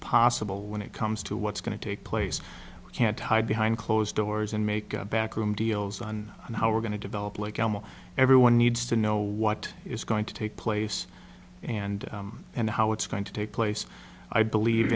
possible when it comes to what's going to take place we can't hide behind closed doors and make a backroom deals on how we're going to develop like animal everyone needs to know what is going to take place and and how it's going to take place i believe